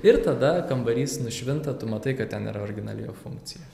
ir tada kambarys nušvinta tu matai kad ten yra originali jo funkcija